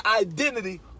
identity